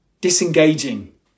disengaging